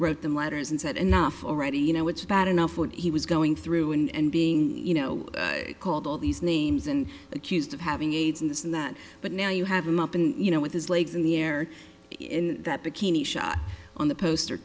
wrote them letters and said enough already you know it's bad enough when he was going through and being you know called all these names and accused of having aids in this and that but now you have him up and you know with his legs in the air in that bikini shot on the poster